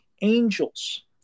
angels